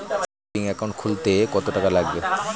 Savings account খুলতে কতটাকা লাগবে?